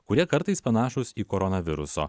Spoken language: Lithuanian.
kurie kartais panašūs į koronaviruso